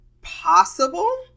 possible